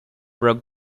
broke